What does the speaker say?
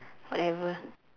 whatever